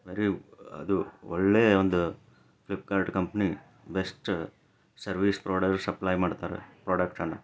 very ಅದು ಒಳ್ಳೆಯ ಒಂದು Flipkart company best service product supply ಮಾಡ್ತಾರೆ ಪ್ರಾಡಕ್ಟನ್ನು